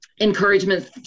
encouragement